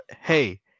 hey